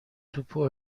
توپو